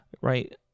right